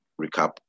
recap